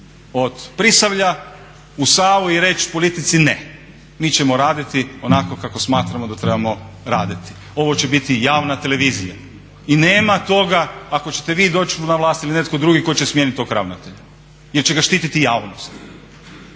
od Prisavlja u Savu i reći politici ne. Mi ćemo raditi onako kako smatramo da trebamo raditi. Ovo će biti javna televizija i nema toga ako ćete vi doći na vlast ili netko drugi koji će smijeniti tog ravnatelja jer će ga štiti javnost.